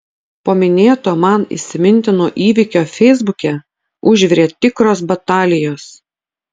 po minėto man įsimintino įvykio feisbuke užvirė tikros batalijos